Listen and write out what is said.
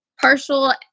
partial